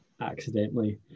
accidentally